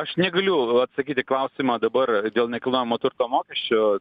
aš negaliu atsakyti į klausimą dabar dėl nekilnojamojo turto mokesčio